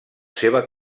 seva